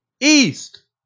East